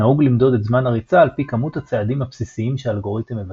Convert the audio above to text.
נהוג למדוד את זמן הריצה על פי כמות הצעדים הבסיסיים שהאלגוריתם מבצע.